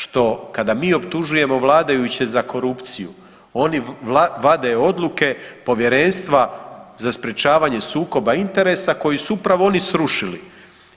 Što kada mi optužujemo vladajuće za korupciju, oni vade odluke Povjerenstva za sprečavanje sukoba interesa koji su upravo oni srušili